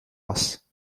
loss